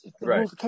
Right